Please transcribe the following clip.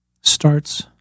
starts